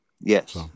Yes